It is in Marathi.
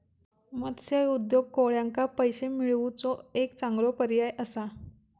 मत्स्य उद्योग कोळ्यांका पैशे मिळवुचो एक चांगलो पर्याय असा